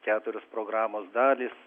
keturios programos dalys